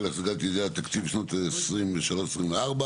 להשגת יעדי התקציב לשנות התקציב 2023 ו-2024),